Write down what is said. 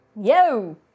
Yo